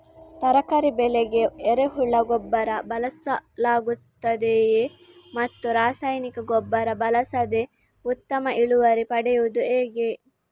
ತರಕಾರಿ ಬೆಳೆಗೆ ಎರೆಹುಳ ಗೊಬ್ಬರ ಬಳಸಲಾಗುತ್ತದೆಯೇ ಮತ್ತು ರಾಸಾಯನಿಕ ಗೊಬ್ಬರ ಬಳಸದೆ ಉತ್ತಮ ಇಳುವರಿ ಪಡೆಯುವುದು ಹೇಗೆ?